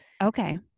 Okay